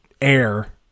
air